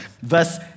Verse